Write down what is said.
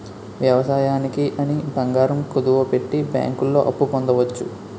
వ్యవసాయానికి అని బంగారం కుదువపెట్టి బ్యాంకుల్లో అప్పు పొందవచ్చు